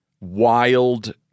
wild